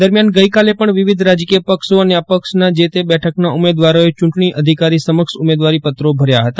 દરમ્યાન ગઇકાલે પણ વિવિધ રાજકીય પક્ષો અને અપક્ષના જે તે બેઠકના ઉમેદવારોએ ચૂંટણી અધિકારી સમક્ષ ઉમેદવારી પત્રો ભર્યા હતા